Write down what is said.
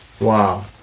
Wow